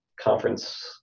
conference